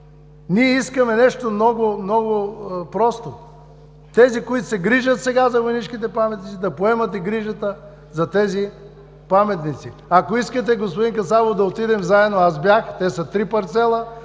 Ние искаме нещо много просто. Тези, които се грижат сега за войнишките паметници, да поемат грижата и за тези паметници. Ако искате, господин Касабов, да отидем заедно, аз бях, три парцела